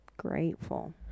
grateful